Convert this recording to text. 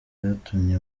byatumye